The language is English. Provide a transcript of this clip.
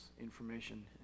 information